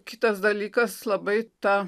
kitas dalykas labai ta